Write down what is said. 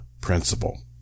principle